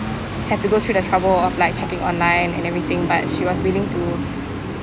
have to go through the trouble of like checking online and everything but she was willing to